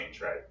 right